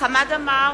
חמד עמאר,